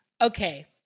okay